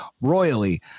royally